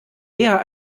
eher